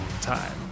time